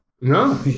no